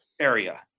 area